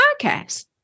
podcast